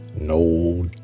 No